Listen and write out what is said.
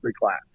class